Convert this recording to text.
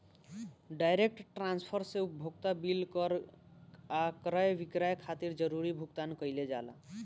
direct transfer से उपभोक्ता bill कर आ क्रय विक्रय खातिर जरूरी भुगतान कईल जाला